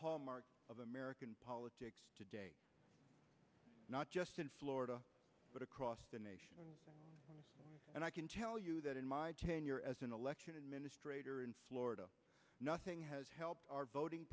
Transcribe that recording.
hallmark of american politics not just in florida but across the nation and i can tell you that in my tenure as an election administrator in florida nothing has helped our voting